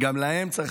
גם להם צריך.